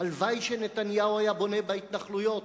הלוואי שנתניהו היה בונה בהתנחלויות.